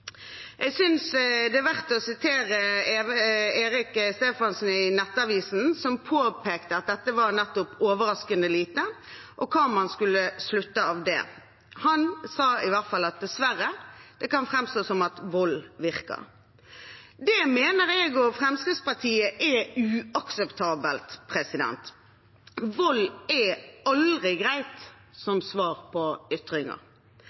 Jeg synes det er verdt å sitere Erik Stephansen i Nettavisen, som påpekte at dette var «overraskende lite, og hva kan vi slutte av det? Dessverre: At vold virker». Det mener jeg og Fremskrittspartiet er uakseptabelt. Vold er aldri greit som svar på ytringer.